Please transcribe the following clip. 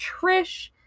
Trish